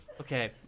Okay